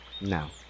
Now